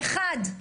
אחד.